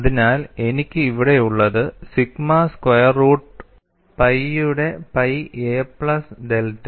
അതിനാൽ എനിക്ക് ഇവിടെയുള്ളത് സിഗ്മ സ്ക്വയർ റൂട്ട് പൈയുടെ പൈ a പ്ലസ് ഡെൽറ്റ